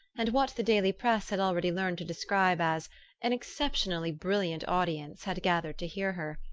and what the daily press had already learned to describe as an exceptionally brilliant audience had gathered to hear her,